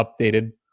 updated